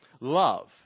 love